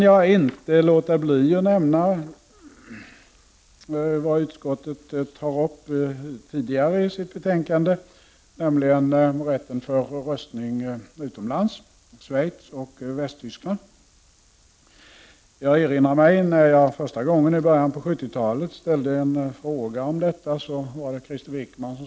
Jag kan inte låta bli att också nämna vad utskottet tar upp tidigare i sitt betänkande, nämligen rätten till röstning utomlands i Schweiz och Västtyskland. Jag erinrar mig att när jag första gången, i början på 1970-talet, ställde en fråga om detta, svarade Krister Wickman.